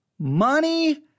Money